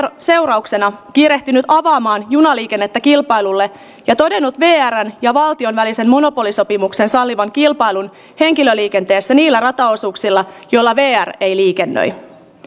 seurauksena kiirehtinyt avaamaan junaliikennettä kilpailulle ja todennut vrn ja valtion välisen monopolisopimuksen sallivan kilpailun henkilöliikenteessä niillä rataosuuksilla joilla vr ei liikennöi